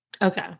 Okay